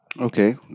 Okay